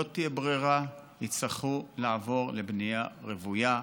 לא תהיה ברירה, יצטרכו לעבור לבנייה רוויה.